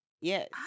Yes